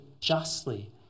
justly